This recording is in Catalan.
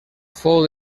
fou